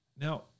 Now